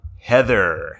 Heather